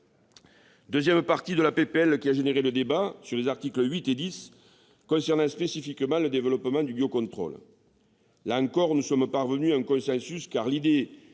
deuxième partie de la proposition de loi a créé un débat : les articles 8 et 10, qui concernent spécifiquement le développement du biocontrôle. Là encore, nous sommes parvenus à un consensus, car l'idée